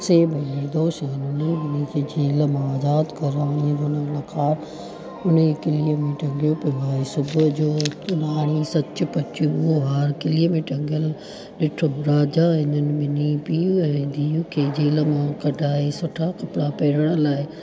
से निर्दोश आहिनि हुन ॿिनि खे जेल मां आज़ादु कयो नवलखो हार हुनई किलीअ में टंॻियो पियो आहे सुबुह जो हुन हणी सचु पचु उहो हार किलीअ में टंॻियल ॾिठमि राजा हिन ॿिनी पीउ ऐं धीउ खे जेल मां कढाए सुठा कपिड़ा पाइण लाइ